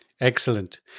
Excellent